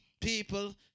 people